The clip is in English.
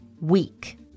weak